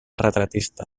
retratista